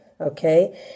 Okay